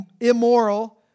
immoral